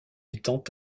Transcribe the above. étant